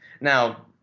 Now